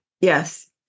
Yes